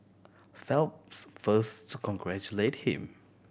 Phelps first to congratulate him